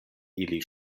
ili